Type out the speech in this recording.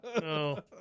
no